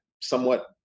somewhat